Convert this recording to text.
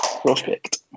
prospect